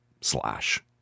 Slash